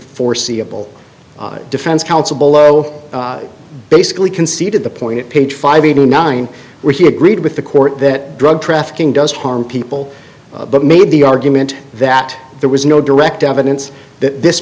foreseeable defense counsel below basically conceded the point at page five eighty nine where he agreed with the court that drug trafficking does harm people but made the argument that there was no direct evidence th